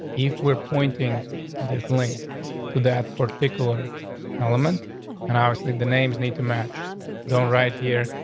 if we're pointing this link to that particular element and obviously the names need to match don't right here.